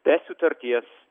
be sutarties